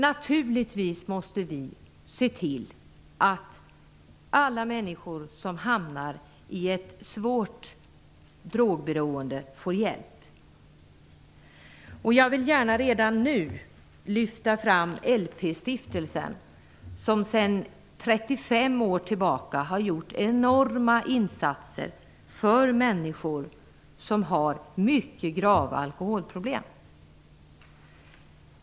Naturligtvis måste vi se till att alla människor som hamnar i ett svårt drogberoende får hjälp. Jag vill gärna redan nu lyfta fram LP-stiftelsen, som i 35 år har gjort enorma insatser för människor som har mycket grava alkoholproblem.